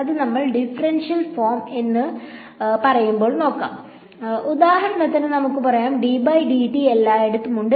അത് നമ്മൾ differential form പറയുമ്പോൾ നോക്കാം ഉദാഹരണത്തിന് നമുക്ക് പറയാം എല്ലായിടത്തും ഉണ്ട്